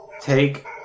take